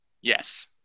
yes